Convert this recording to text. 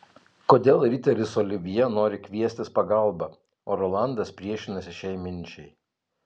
kodėl riteris olivjė nori kviestis pagalbą o rolandas priešinasi šiai minčiai